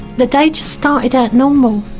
the day just started out normal.